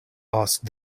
asked